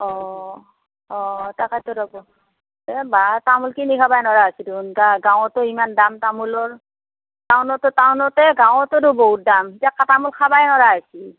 অ অ তাকেতো ৰ'ব এ বা তামোল কিনি খাবয়ে নোৱাৰা হৈছে দেখোন গা গাঁৱতো ইমান দাম তামোলৰ টাউনতে টাউনতে গাঁৱতেতো বহুত দাম এতিয়া তামোল খাবয়ে নোৱাৰা হৈছে